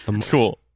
Cool